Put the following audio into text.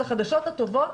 אז החדשות הטובות,